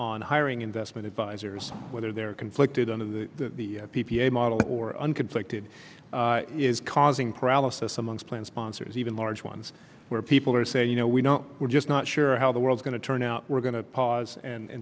on hiring investment advisors whether they're conflicted on of the p p a model or an conflicted is causing paralysis amongst plan sponsors even large ones where people are saying you know we know we're just not sure how the world's going to turn out we're going to pause and